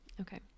Okay